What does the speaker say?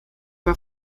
war